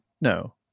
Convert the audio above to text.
No